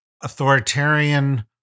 authoritarian